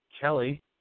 Kelly